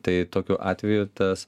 tai tokiu atveju tas